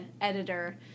editor